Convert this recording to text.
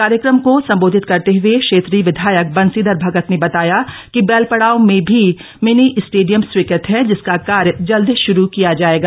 कार्यक्रम को सम्बोधित करते हुए क्षेत्रीय विधायक बंशीघर भगत ने बताया कि बैलपड़ाव में भी भिनी स्टेडियम स्वीकृत है जिसका कार्य जल्द शुरू किया जायेगा